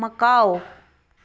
Macau